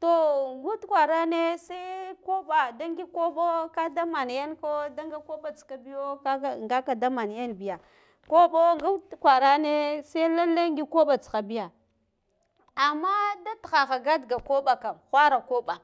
To ngad kwarane see koɓa da ngig kina ɓo da man yenko da nga koɓa tsika biyo nga ka da man yenbiya koɓo kwarangud kwarane see lalle ngig koɓa tsiha biya amma da tihaha gadga koɓa kam whara koɓa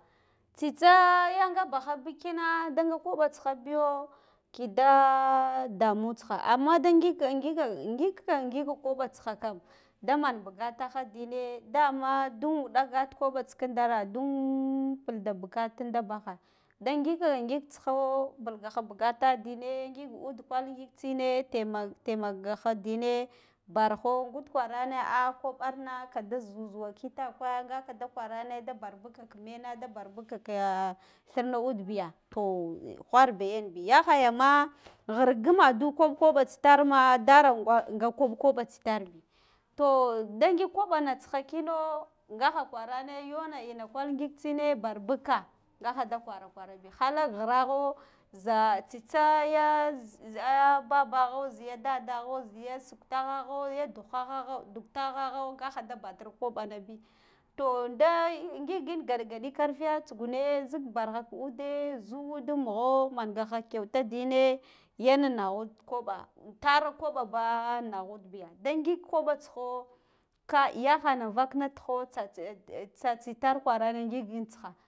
tsitsa yanga bahabi kina da nga koɓa tsiha biyo kidaa damu tsiha, amma da ngig ngika ngika ngika koɓa tsiha ka m da man bugataha dine dama dun wudan gad koɓa tsiki dara dun palda bugatin da bakha da ngig ha ngigin tsiho palha baga dine ngig ud kwal ngig tsine tamag, temagha dine bargho ngud kwarane ah kaɓar na kada zuzuwa kidakwe nguka da kwarane da bar buka ka mena da bar buka laa thirna ud biya to wharba yanbi yahaya ma ghirgumada koɓ koɓa tsitarma dara gwalnga koɓ koɓa tsitarbi to da ngig kaɓa na tsaiha kino ngaha kwarane yona ina kwal ngigtsine barbuk ka ngaha da kwara kwarabi hahale ghiraho za tsitsa ga zz babaghu ziya dadaghu ziya suktag agha ya duk haha duktaghagha nga hada batir koɓana bi to ngigin galgaɗi karfiya tsugune zik barha ka ude zu wud mugho manga ha keuta dine yenm naghud koɓa antara koɓa ba naghud biya da ngig koɓa tsiho ka yahana an vakna tiho tsats ed ed tsatsitar kwarane ngi gin tsiha